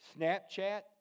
Snapchat